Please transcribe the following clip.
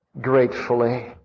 Gratefully